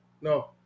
No